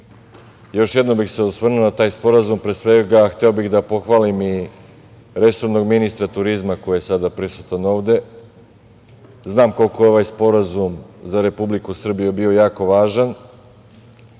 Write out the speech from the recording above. Još jednom bih se osvrnuo na taj sporazum. Pre svega, hteo bih da pohvalim i resornog ministra turizma, koji je sada prisutan ovde. Znam koliko je ovaj sporazum za Republiku Srbiju bio jako važan,